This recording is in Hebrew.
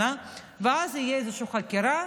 ואז תהיה איזושהי חקירה